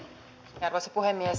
arvoisa puhemies